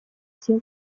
силу